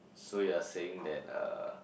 so you are saying that uh